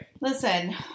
Listen